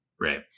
right